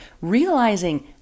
realizing